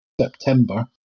September